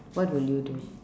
what will you do